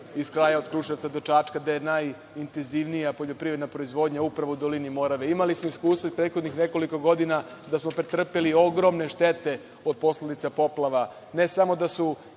iz kraja od Kruševca do Čačka, gde je najintenzivnija poljoprivredna proizvodnja upravo u dolini Morave. Imali smo iskustvo i prethodnih nekoliko godina da smo pretrpeli ogromne štete od posledice poplava.